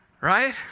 right